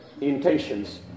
intentions